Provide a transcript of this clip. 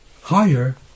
higher